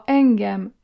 engem